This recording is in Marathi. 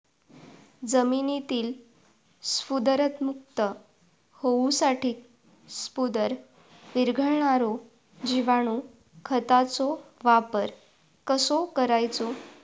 जमिनीतील स्फुदरमुक्त होऊसाठीक स्फुदर वीरघळनारो जिवाणू खताचो वापर कसो करायचो?